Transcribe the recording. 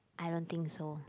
I don't think so